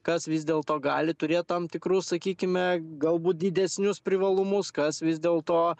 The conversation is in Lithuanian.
kas vis dėlto gali turėt tam tikrus sakykime galbūt didesnius privalumus kas vis dėlto